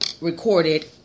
recorded